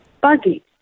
Buggy